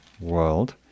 world